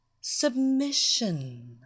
Submission